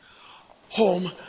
home